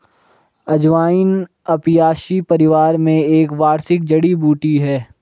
अजवाइन अपियासी परिवार में एक वार्षिक जड़ी बूटी है